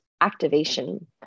activation